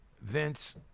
Vince